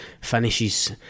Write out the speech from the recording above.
...finishes